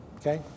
Okay